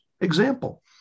Example